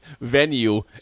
venue